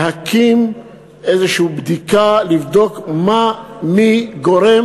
להקים ועדת בדיקה ולבדוק מה או מי גורם